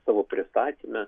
savo pristatyme